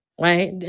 right